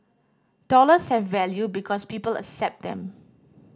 dollars have value because people accept them